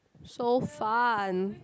so fun